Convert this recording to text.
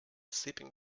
sleeping